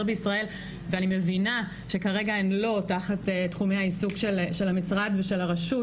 בישראל ואני מבינה שכרגע הן לא תחת תחומי העיסוק של המשרד ושל הרשות,